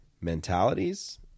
mentalities